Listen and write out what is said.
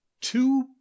two